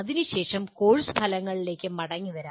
അതിനു ശേഷം കോഴ്സ് ഫലങ്ങിലേക്ക് വരാം